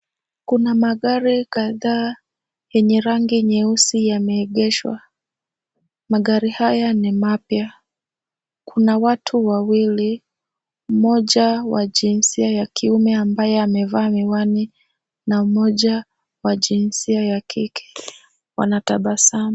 Kuna magari kadhaa yenye rangi nyeusi yameegeshwa. Magari haya ni mapya. Kuna watu wawili, mmoja wa jinsia ya kiume ambaye amevaa miwani na mmoja wa jinsia ya kike, wanatabasamu.